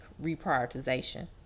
reprioritization